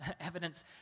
evidence